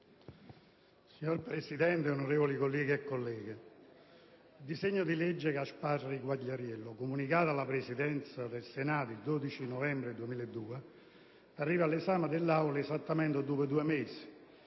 Signor Presidente, onorevoli colleghi e colleghe, il disegno di legge Gasparri-Quagliariello, comunicato alla Presidenza del Senato il 12 novembre 2009, arriva all'esame dell'Aula esattamente dopo due mesi,